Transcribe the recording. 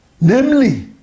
namely